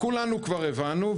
כולנו כבר הבנו,